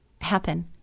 happen